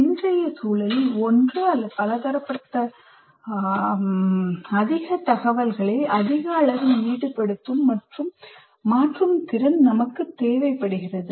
இன்றைய சூழலில் ஒன்று அல்லது பலதரப்பட்ட சூழலில் அதிக தகவல்களை அதிக அளவில் ஈடுபடுத்தும் மற்றும் மாற்றும் திறன் நமக்கு தேவைப்படுகிறது